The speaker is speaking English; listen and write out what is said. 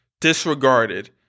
disregarded